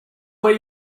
where